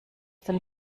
den